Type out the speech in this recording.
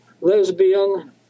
lesbian